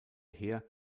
her